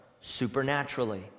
supernaturally